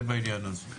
זה בענין הזה.